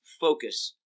focus